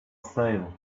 sale